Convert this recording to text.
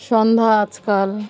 সন্ধ্যা আজকাল